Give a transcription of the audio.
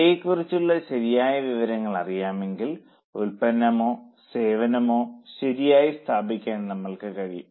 വിലയെക്കുറിച്ചുള്ള ശരിയായ വിവരങ്ങൾ അറിയാമെങ്കിൽ ഉൽപ്പന്നമോ സേവനമോ ശരിയായി സ്ഥാപിക്കാൻ നമ്മൾക്ക് കഴിയും